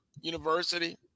University